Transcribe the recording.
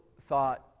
thought